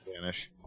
Vanish